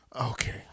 Okay